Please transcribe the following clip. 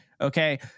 Okay